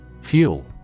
Fuel